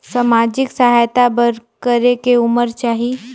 समाजिक सहायता बर करेके उमर चाही?